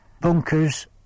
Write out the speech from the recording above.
bunkers